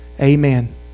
Amen